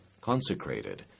consecrated